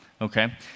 okay